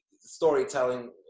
storytelling